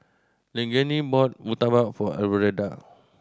Leilani bought murtabak for Alverda